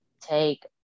take